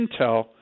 intel